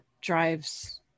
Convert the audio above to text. drives